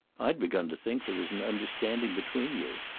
i'd begun to think there was an understanding between you.